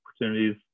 opportunities